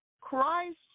Christ